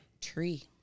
Tree